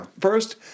first